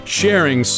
sharing